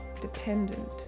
Dependent